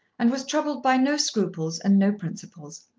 and was troubled by no scruples and no principles.